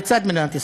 לצד מדינת ישראל.